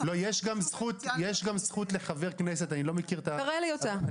יש גם זכות לחבר כנסת --- תראה לי אותה.